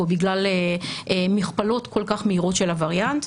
בגלל מכפלות כל כך מהירות של הווריאנט,